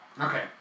Okay